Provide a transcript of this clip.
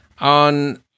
on